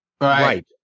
Right